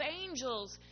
angels